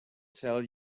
tell